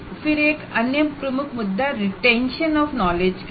फिर भी एक अन्य प्रमुख मुद्दा रिटेंशन ऑफ नॉलेज का है